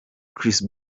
chris